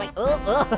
like ooh, but